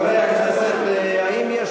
אדוני,